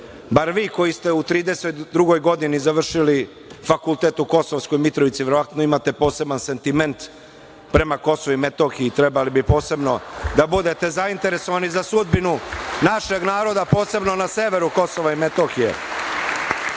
bar vi koji ste u 32. godini završili fakultet u Kosovskoj Mitrovici, verovatno imate poseban sentiment prema Kosovu i Metohiji, trebali bi posebno da budete zainteresovani za sudbinu našeg naroda posebno na severu Kosova i Metohije. Opet